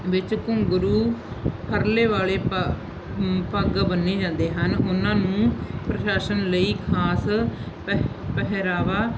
ਵਿੱਚ ਘੁੰਗਰੂ ਪਰਲੇ ਵਾਲੇ ਪ ਪੱਗ ਬੰਨ੍ਹੀ ਜਾਂਦੇ ਹਨ ਉਹਨਾਂ ਨੂੰ ਪ੍ਰਸ਼ਾਸਨ ਲਈ ਖਾਸ ਪਹ ਪਹਿਰਾਵਾ